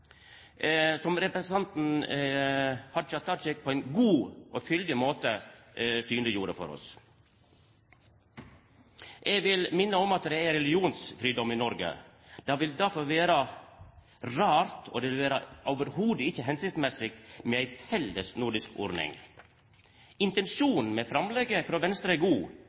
på ein god og fyldig måte synleggjorde for oss. Eg vil minna om at det er religionsfridom i Noreg. Det vil difor vera rart – og det vil i det heile ikkje vera hensiktsmessig – med ei felles nordisk ordning. Intensjonen med framlegget frå Venstre er god.